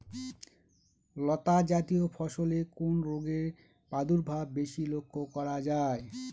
লতাজাতীয় ফসলে কোন রোগের প্রাদুর্ভাব বেশি লক্ষ্য করা যায়?